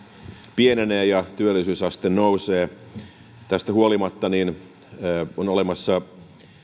pienenee ja työllisyysaste nousee tästä huolimatta on olemassa